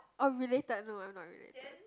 orh related no I'm not related